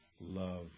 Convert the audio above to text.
love